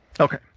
Okay